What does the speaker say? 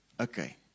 Okay